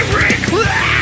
reclaim